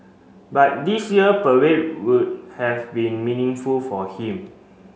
but this year parade would have been meaningful for him